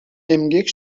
эмгек